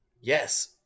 Yes